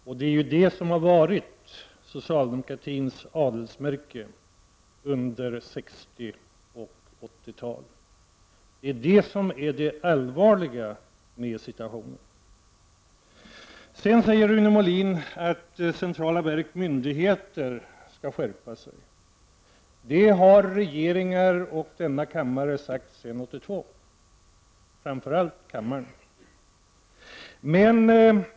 Herr talman! Full sysselsättning går också att skapa med hjälp av flyttning, Rune Molin. Detta är det som har varit socialdemokratins adelsmärke under 60 och 80-tal. Det är det som är det allvarliga med situationen. Vidare säger Rune Molin att centrala verk och myndigheter skall skärpa sig. Det har regeringar och kammaren uttalat sedan 1982, framför allt kammaren.